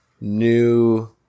new